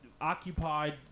occupied